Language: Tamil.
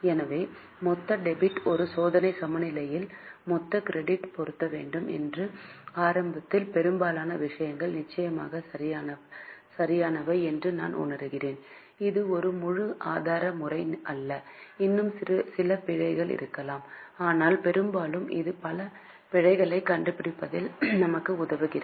எனவே மொத்த டெபிட் ஒரு சோதனை சமநிலையில் மொத்த கிரெடிட்டுடன் பொருந்த வேண்டும் இது ஆரம்பத்தில் பெரும்பாலான விஷயங்கள் நிச்சயமாக சரியானவை என்று நாம் உணர்கிறோம் இது ஒரு முழு ஆதார முறை அல்ல இன்னும் சில பிழைகள் இருக்கலாம் ஆனால் பெரும்பாலும் இது பல பிழைகளை கண்டுபிடிப்பதில் நமக்கு உதவுகிறது